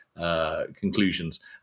Conclusions